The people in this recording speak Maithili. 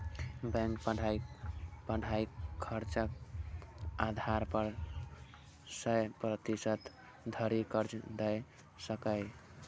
बैंक पढ़ाइक खर्चक आधार पर सय प्रतिशत धरि कर्ज दए सकैए